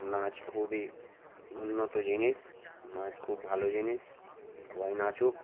নাচ খুবই উন্নত জিনিস নাচ খুব ভালো জিনিস সবাই নাচুক